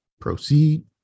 proceed